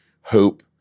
hope